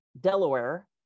Delaware